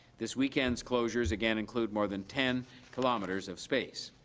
this weekend's closures again include more than ten kilometers of space.